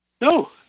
No